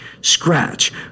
scratch